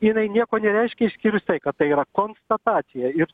jinai nieko nereiškia išskyrus tai kad tai yra konstatacija ir